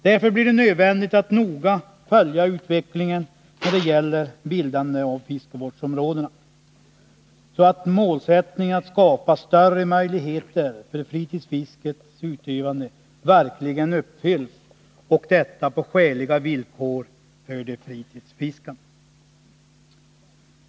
Därför blir det nödvändigt att noga följa utvecklingen när det gäller bildande av fiskevårdsområden, så att målsättningen att skapa större möjligheter för fritidsfiskets utövande verkligen uppfylls, och detta på skäliga villkor för de fritidsfiskande.